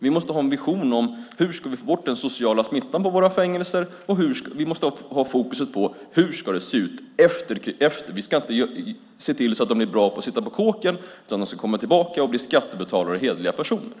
Vi måste ha en vision om hur vi ska få bort den sociala smittan på våra fängelser. Vi måste ha fokus på hur det ska se ut efteråt. Vi ska inte se till att de är bra på att sitta på kåken, utan de ska komma tillbaka och bli skattebetalare och hederliga personer.